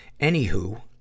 Anywho